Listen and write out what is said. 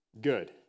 good